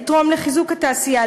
לתרום לחיזוק התעשייה,